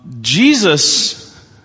Jesus